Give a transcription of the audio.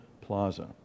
Plaza